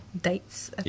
dates